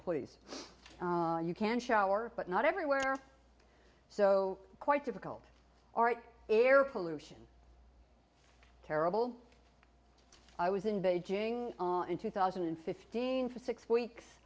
please you can shower but not everywhere so quite difficult our air pollution terrible i was in beijing in two thousand and fifteen for six weeks